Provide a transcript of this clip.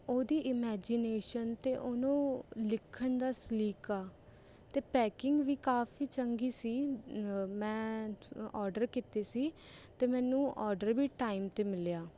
ਉਹਦੀ ਇਮੈਜੀਨੇਸ਼ਨ ਅਤੇ ਉਹਨੂੰ ਲਿਖਣ ਦਾ ਸਲੀਕਾ ਅਤੇ ਪੈਕਿੰਗ ਵੀ ਕਾਫੀ ਚੰਗੀ ਸੀ ਮੈਂ ਆਰਡਰ ਕੀਤੀ ਸੀ ਅਤੇ ਮੈਨੂੰ ਆਰਡਰ ਵੀ ਟਾਈਮ 'ਤੇ ਮਿਲਿਆ